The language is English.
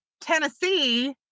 Tennessee